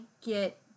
get